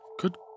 Good